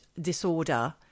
disorder